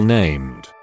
named